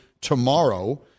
tomorrow